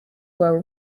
were